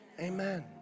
Amen